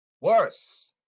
Worse